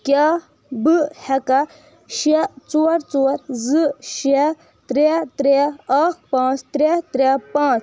کیٛاہ بہٕ ہیٚکاہ شےٚ ژور ژور زٕ شےٚ ترٛےٚ ترٛےٚ اکھ پانٛژھ ترٛےٚ ترٛےٚ پانٛژھ